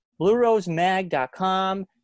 bluerosemag.com